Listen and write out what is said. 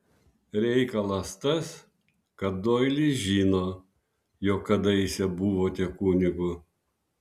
reikalas tas kad doilis žino jog kadaise buvote kunigu